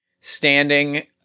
standing